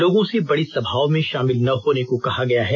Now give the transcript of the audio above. लोगों से बड़ी सभाओं में शामिल न होने को कहा गया है